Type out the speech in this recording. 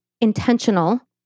intentional